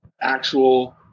Actual